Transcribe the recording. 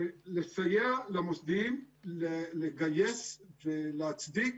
המהלך הראשון הוא לסייע למוסדיים לגייס ולהצדיק